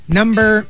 number